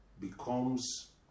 becomes